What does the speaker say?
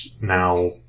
now